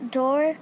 door